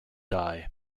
die